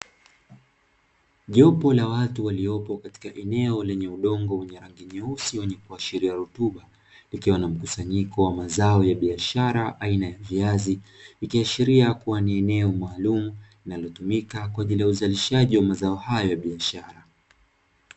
Jopo la watu waliopo katika eneo lenye udongo wa rangi nyeusi wenye kuashiria rutuba, likiwa na mkusanyiko wa mazao ya biashara aina ya viazi, ikiashiria kuwa ni eneo maalumu linalotumika kwa ajili ya uzalishaji wa mazao hayo ya biashara.